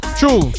true